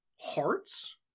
hearts